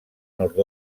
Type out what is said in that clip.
nord